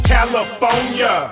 California